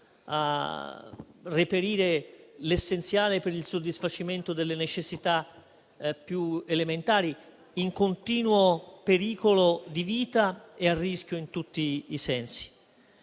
a reperire l'essenziale per il soddisfacimento delle necessità più elementari, in continuo pericolo di vita e a rischio in tutti i sensi.